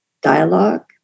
dialogue